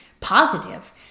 positive